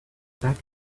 back